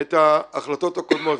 את ההחלטות הקודמות.